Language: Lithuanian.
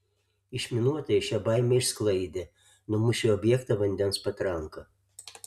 išminuotojai šią baimę išsklaidė numušę objektą vandens patranka